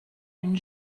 une